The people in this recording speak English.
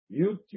YouTube